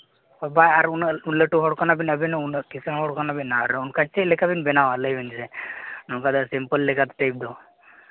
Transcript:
ᱟᱨ ᱵᱟ ᱩᱱᱟᱹᱜ ᱞᱟᱹᱴᱩ ᱦᱚᱲ ᱠᱟᱱᱟᱵᱤᱱ ᱟᱹᱵᱤᱱ ᱦᱚᱸ ᱩᱱᱟᱹᱜ ᱠᱤᱥᱟᱹᱲ ᱦᱚᱲ ᱠᱟᱱᱟᱵᱤᱱ ᱟᱨ ᱚᱱᱠᱟ ᱪᱮᱫ ᱞᱮᱠᱟ ᱵᱤᱱ ᱵᱮᱱᱟᱣᱟ ᱞᱟᱹᱭ ᱵᱤᱱ ᱥᱮ ᱱᱚᱝᱠᱟ ᱫᱚ ᱥᱤᱢᱯᱮᱞ ᱞᱮᱠᱟ ᱴᱟᱭᱤᱯ ᱫᱚ